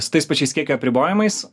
su tais pačiais kiekio apribojimais